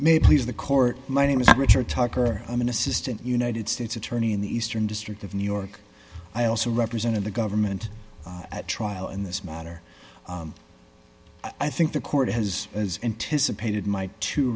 may please the court my name is richard tucker i'm an assistant united states attorney in the eastern district of new york i also represented the government at trial in this matter i think the court has as